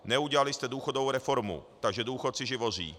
Neudělali jste důchodovou reformu, takže důchodci živoří.